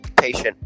patient